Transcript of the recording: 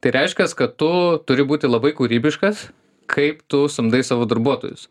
tai reiškias kad tu turi būti labai kūrybiškas kaip tu samdai savo darbuotojus